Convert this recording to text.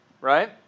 right